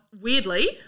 weirdly